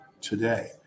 today